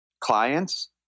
clients